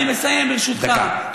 אני מסיים, ברשותך.